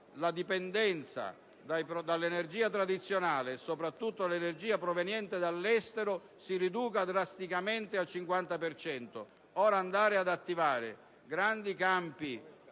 la dipendenza dall'energia tradizionale e, soprattutto, dall'energia proveniente dall'estero si riduca drasticamente al 50 per cento. Pertanto, andare ora ad attivare grandi campi